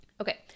Okay